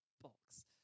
box